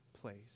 place